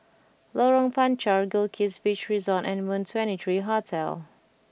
Lorong Panchar Goldkist Beach Resort and Moon Twenty Three Hotel